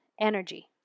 energy